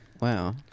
Wow